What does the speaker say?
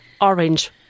orange